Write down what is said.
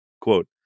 Quote